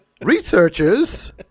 Researchers